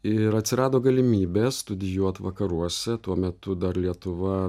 ir atsirado galimybė studijuot vakaruose tuo metu dar lietuva